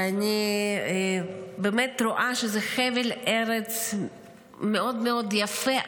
ואני באמת רואה שזה חבל ארץ מאוד מאוד יפה,